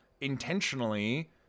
intentionally